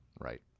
Right